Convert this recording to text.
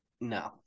no